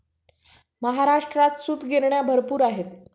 महाराष्ट्रात सूतगिरण्या भरपूर आहेत